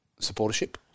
Supportership